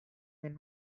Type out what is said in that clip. than